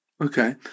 Okay